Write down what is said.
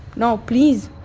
no, please